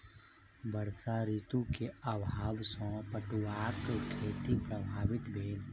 वर्षा ऋतू के अभाव सॅ पटुआक खेती प्रभावित भेल